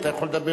אתה יכול לדבר.